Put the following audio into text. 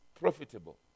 profitable